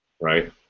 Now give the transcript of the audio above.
right